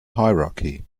hierarchy